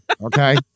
Okay